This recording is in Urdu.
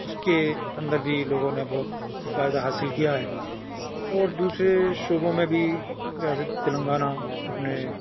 اس کے اندر بھی لوگوں نے بہت فائدہ حاصل کیا ہے اور دوسرے شعبوں میں بھی ریاست تلنگانہ اپنے